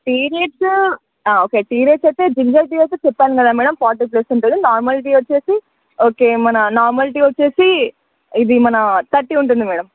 tea rates okay tea rates అసలు అయితే ginger tea అయితే చెప్పాను కదా మ్యాడమ్ ఫార్టీ ప్లస్ ఉంటుంది నార్మల్ టీ వచ్చి ఓకే మన నార్మల్ టీ వచ్చి ఇది మన థర్టీ ఉంటుంది మ్యాడమ్